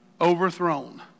overthrown